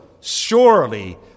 surely